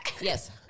Yes